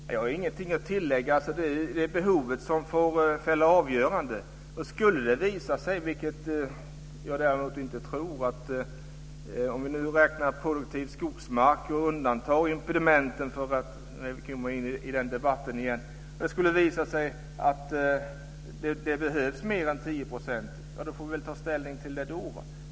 Fru talman! Jag har ingenting att tillägga. Det är behovet som får fälla avgörandet. Om vi nu räknar produktiv skogsmark och undantar impedimenten och det skulle visa sig att det behövs mer än 10 %, vilket jag däremot inte tror, då får vi väl ta ställning till det då.